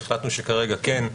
והחלטנו שכרגע כן,